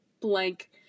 blank